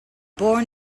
born